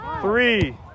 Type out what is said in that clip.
Three